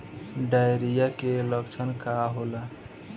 Diarrhoea के लक्षण का होला?